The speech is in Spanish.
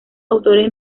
autores